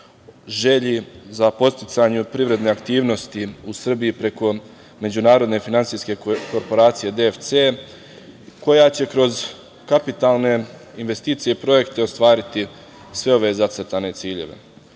želji za podsticanjem privredne aktivnosti u Srbiji preko Međunarodne finansijske korporacije – DFC, koja će kroz kapitalne investicije i projekte ostvariti sve ove zacrtane